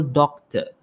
doctor